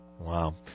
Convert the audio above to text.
Wow